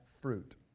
fruit